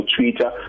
Twitter